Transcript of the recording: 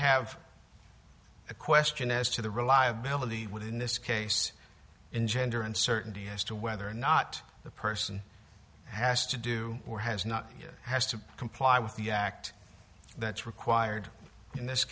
have a question as to the reliability would in this case engender uncertainty as to whether or not the person has to do or has not yet has to comply with the act that's required in this